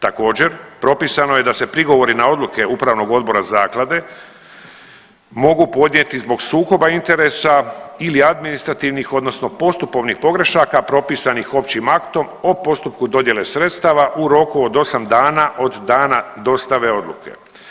Također propisano je da se prigovori na odluke upravnog odbora zaklade mogu podnijeti zbog sukoba interesa ili administrativnih odnosno postupovnih pogrešaka propisanih općim aktom o postupku dodjele sredstava u roku od osam dana od dana dostave odluke.